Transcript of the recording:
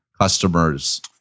customers